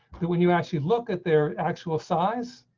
that when you actually look at their actual size.